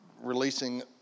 releasing